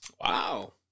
Wow